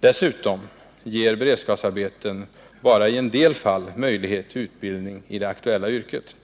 Dessutom ger beredskapsarbeten bara i en del fall möjlighet till utbildning i det aktuella yrket.